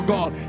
God